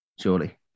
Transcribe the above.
surely